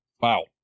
Wow